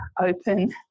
open